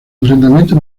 enfrentamientos